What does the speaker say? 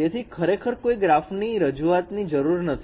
તેથી ખરેખર કોઈ ગ્રાફ રજૂઆત ની જરૂર નથી